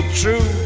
true